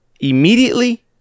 immediately